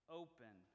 open